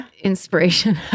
inspiration